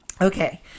Okay